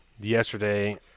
Yesterday